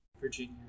Virginia